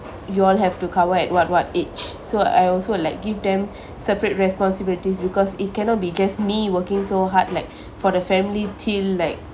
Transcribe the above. you all have to cover at what what age so I also like give them separate responsibilities because it cannot be just me working so hard like for the family till like